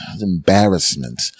Embarrassment